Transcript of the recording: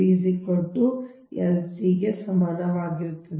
ಆದ್ದರಿಂದ ಅವು ಒಂದೇ ಆಗಿರುತ್ತವೆ ಏಕೆಂದರೆ ಅದು ಸಮ್ಮಿತೀಯ ಅಂತರವಾಗಿದೆ